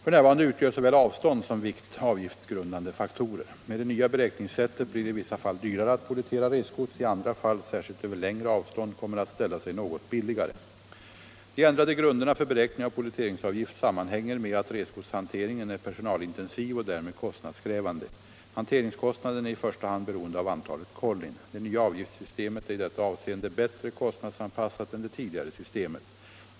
F.n. utgör såväl avstånd som vikt avgiftsgrundande faktorer. Med det nya beräkningssättet blir det i vissa fall dyrare att pollettera resgods. I andra fall — särskilt över längre avstånd - kommer det att ställa sig något billigare. De ändrade grunderna för beräkning av polletteringsavgift sammanhänger med att resgodshanteringen är personalintensiv och därmed kostnadskrävande. Hanteringskostnaden är i första hand beroende av antalet kollin. Det nya avgiftssystemet är i detta avseende bättre kostnadsanpassat än det tidigare systemet.